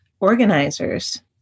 organizers